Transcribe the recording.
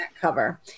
cover